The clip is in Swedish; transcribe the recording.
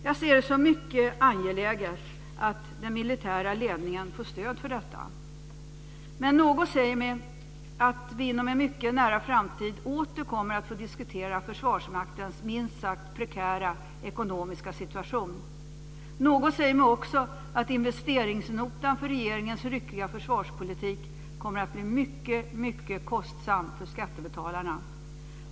Jag ser det som mycket angeläget att den militära ledningen får stöd för detta. Något säger mig att vi inom en mycket nära framtid åter kommer att få diskutera Försvarsmaktens minst sagt prekära ekonomiska situation. Något säger mig också att investeringsnotan för regeringens ryckiga försvarspolitik kommer att bli mycket, mycket kostsam för skattebetalarna.